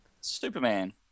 Superman